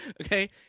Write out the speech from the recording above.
Okay